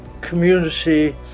community